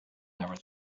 never